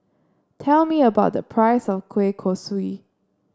tell me a price of Kueh Kosui